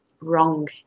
wrong